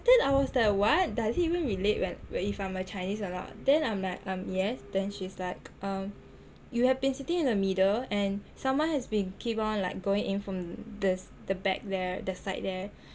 then I was like what does it even relate when where if I'm a chinese or not then I'm like um yes then she is like um you have been sitting in the middle and someone has been keep on like going in from this the back there the side there